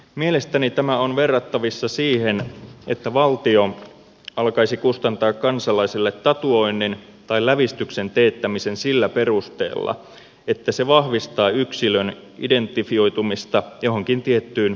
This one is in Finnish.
mielestäni tämä on verrattavissa siihen että valtio alkaisi kustantaa kansalaisille tatuoinnin tai lävistyksen teettämisen sillä perusteella että se vahvistaa yksilön identifioitumista johonkin tiettyyn alakulttuuriseen ryhmään